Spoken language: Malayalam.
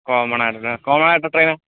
കോമണായിരുന്നു കോമണായിട്ട് എത്രയാണ്